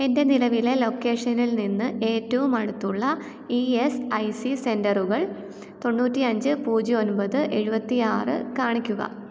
എൻ്റെ നിലവിലെ ലൊക്കേഷനിൽ നിന്ന് ഏറ്റവും അടുത്തുള്ള ഇ എസ് ഐ സി സെൻറ്ററുകൾ തൊണ്ണൂറ്റിയഞ്ച് പൂജ്യം ഒൻപത് എഴുപത്തിയാറ് കാണിക്കുക